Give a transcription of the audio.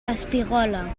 espigola